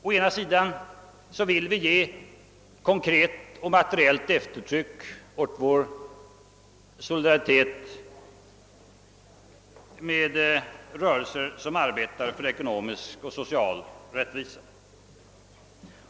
Å ena sidan vill vi ge konkret och materiellt eftertryck åt vår solidaritet med rörelser som arbetar för ekonomisk och social rättvisa.